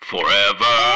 Forever